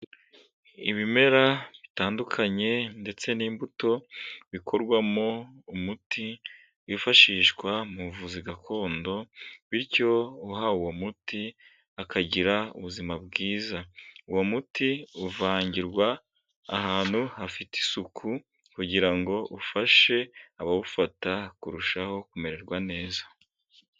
Ibimera bitandukanye ndetse n'imbuto bikorwamo umuti wifashishwa mu buvuzi gakondo, bityo uhawe uwo muti akagira ubuzima bwiza, uwo muti uvangirwa ahantu hafite isuku kugira ngo ufashe abawufata kurushaho kumererwa neza.